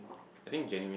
I think genuine